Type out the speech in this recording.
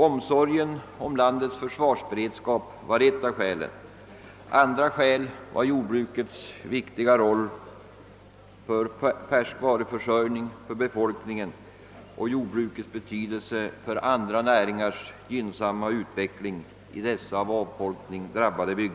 Omsorgen om landets försvarsberedskap var ett av skälen. Andra skäl var jordbrukets viktiga roll för befolkningens färskvaruförsörjning samt jordbrukets betydelse för andra näringars gynnsamma utveckling i dessa av avfolkning drabbade bygder.